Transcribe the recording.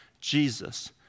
Jesus